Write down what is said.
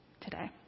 today